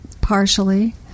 partially